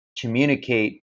Communicate